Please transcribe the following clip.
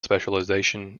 specialization